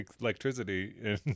electricity